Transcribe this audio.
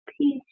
peace